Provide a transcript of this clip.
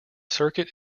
circuit